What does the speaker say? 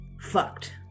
fucked